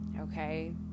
okay